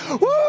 Woo